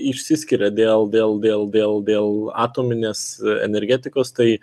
išsiskiria dėl dėl dėl dėl dėl atominės energetikos tai